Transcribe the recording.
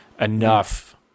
enough